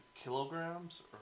Kilograms